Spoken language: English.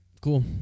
cool